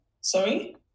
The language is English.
Sorry